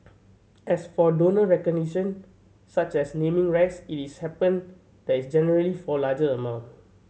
as for donor recognition such as naming rights it is happen there is generally for larger amount